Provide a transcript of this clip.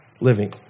living